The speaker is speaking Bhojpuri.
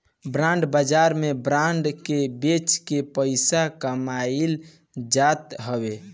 बांड बाजार में बांड के बेच के पईसा कमाईल जात हवे